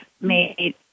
made